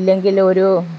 ഇല്ലെങ്കിൽ ഒരു